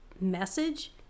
message